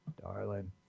Darling